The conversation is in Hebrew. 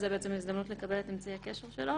אבל זו הזדמנות לקבל את אמצעי הקשר שלו.